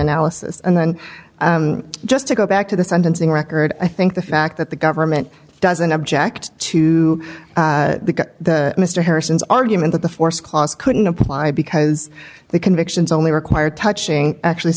analysis and then just to go back to the sentencing record i think the fact that the government doesn't object to mr harrison's argument that the forced cost couldn't apply because the convictions only require touching actually